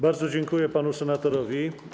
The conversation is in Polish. Bardzo dziękuję panu senatorowi.